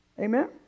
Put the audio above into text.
Amen